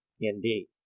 Indeed